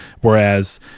whereas